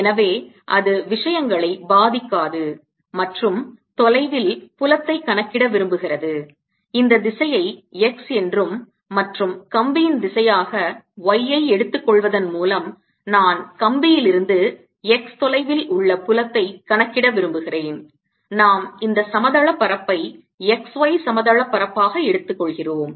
எனவே அது விஷயங்களை பாதிக்காது மற்றும் தொலைவில் புலத்தை கணக்கிட விரும்புகிறது இந்த திசையை x என்றும் மற்றும் கம்பியின் திசையாக y ஐ எடுத்துக்கொள்வதன் மூலம் நான் கம்பியிலிருந்து x தொலைவில் உள்ள புலத்தை கணக்கிட விரும்புகிறேன் நாம் இந்த சமதள பரப்பை x y சமதள பரப்பாக எடுத்துக்கொள்கிறோம்